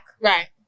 Right